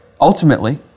Ultimately